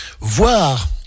voir